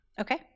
okay